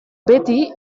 beti